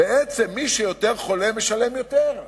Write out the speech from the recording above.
בעצם מי שיותר חולה משלם יותר.